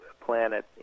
planet